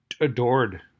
adored